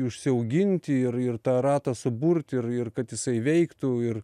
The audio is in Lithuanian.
užsiauginti ir ir tą ratą suburti ir ir kad jisai veiktų ir